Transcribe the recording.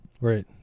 Right